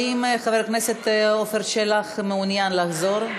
האם חבר הכנסת עפר שלח מעוניין לחזור?